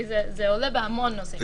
כי זה עולה בהמון נושאים.